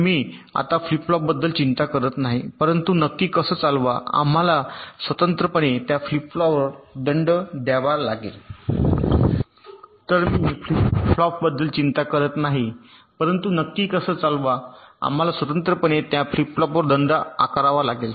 तर मी आता फ्लिप फ्लॉपबद्दल चिंता करत नाही परंतु नक्की कसं चालावा आम्हाला स्वतंत्रपणे त्या फ्लिप फ्लॉप वर दंड द्यावा लागेल